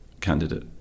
candidate